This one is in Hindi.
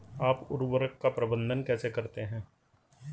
आप उर्वरक का प्रबंधन कैसे करते हैं?